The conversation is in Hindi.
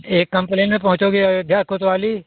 ये कंप्लेंट में पहुँचोगे अयोध्या कोतवाली